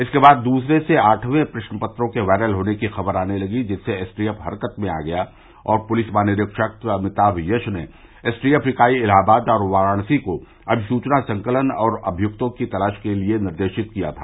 इसके बाद दूसरे से आठवें प्रश्नपत्रों के वायरल होने की खबर आने लगी जिससे एसटीएफ हरकत में आ गया और पुलिस महानिरीक्षक अमिताम यश ने एसटीएफ इकाई इलाहाबाद और वाराणसी को अमिसुचना संकलन और अमियुक्तों की तलाश के लिए निर्देशित किया था